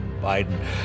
Biden